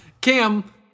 cam